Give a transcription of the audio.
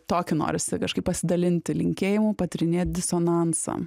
tokiu norisi kažkaip pasidalinti linkėjimu patyrinėt disonansą